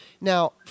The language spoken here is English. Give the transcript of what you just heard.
Now